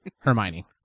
Hermione